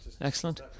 Excellent